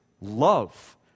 love